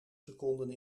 seconden